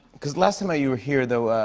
cause last time ah you were here, though,